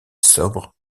sobre